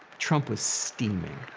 trump was steaming.